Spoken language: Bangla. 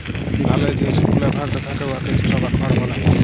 ধালের যে সুকলা ভাগটা থ্যাকে উয়াকে স্ট্র বা খড় ব্যলে